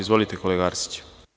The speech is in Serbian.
Izvolite, kolega Arsiću.